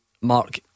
Mark